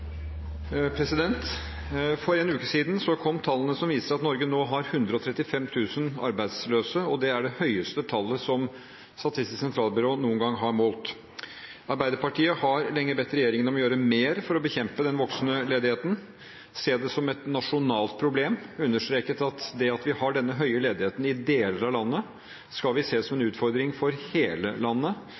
For en uke siden kom tallene som viser at Norge nå har 135 000 arbeidsløse, og det er det høyeste tallet Statistisk sentralbyrå noen gang har målt. Arbeiderpartiet har lenge bedt regjeringen om å gjøre mer for å bekjempe den voksende ledigheten, se det som et nasjonalt problem, og har understreket at det at vi har denne høye ledigheten i deler av landet, må ses på som en utfordring for hele landet.